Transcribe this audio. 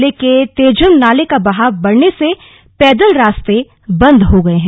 जिले के तेजम नाले का बहाव बढ़ने से पैदल रास्ते बंद हो गये हैं